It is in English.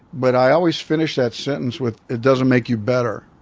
but i always finish that sentence with it doesn't make you better.